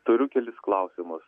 turiu kelis klausimus